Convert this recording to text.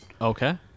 Okay